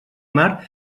mar